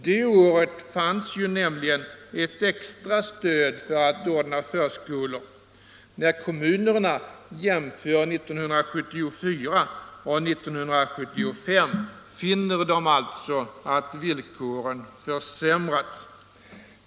Det året fanns nämligen ett extra stöd för att ordna förskolor. När kommunerna jämför 1974 och 1975 finner de alltså att villkoren har försämrats.